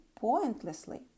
pointlessly